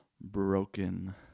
broken